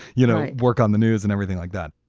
you know, work on the news and everything like that.